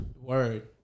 Word